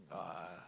uh